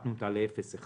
והפחתנו אותה ל-0.1%.